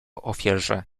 ofierze